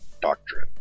doctrine